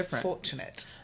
fortunate